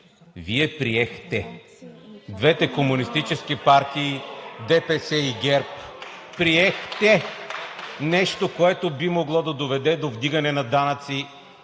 Вие приехте – двете комунистически партии ДПС и ГЕРБ, приехте нещо, което би могло да доведе до вдигане на данъци